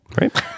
right